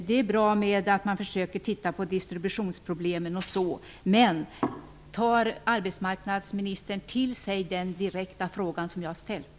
Det är bra att man studerar distributionsproblemen, men jag undrar: Tar arbetsmarknadsministern till sig den direkta fråga som jag har ställt?